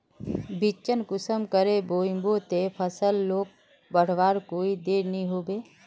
बिच्चिक कुंसम करे बोई बो ते फसल लोक बढ़वार कोई देर नी होबे?